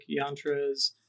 yantras